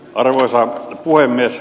arvoisa puhemies